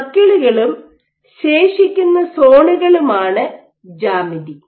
സർക്കിളുകളും ശേഷിക്കുന്ന സോണുകളുമാണ് ജ്യാമിതി